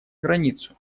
границу